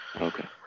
Okay